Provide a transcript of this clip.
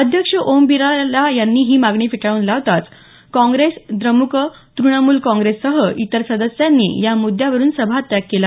अध्यक्ष ओम बिर्ला यांनी ही मागणी फेटाळून लावताच काँग्रेस द्रम्क तुणमूल काँग्रेससह इतर सदस्यांनी या मुद्यावरून सभात्याग केला